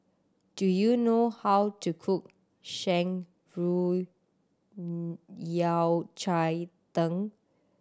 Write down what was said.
do you know how to cook Shan Rui Yao Cai Tang